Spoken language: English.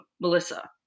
Melissa